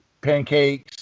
pancakes